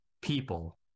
people